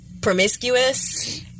promiscuous